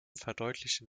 verdeutlichen